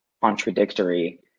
contradictory